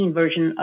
version